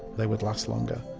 they would last longer.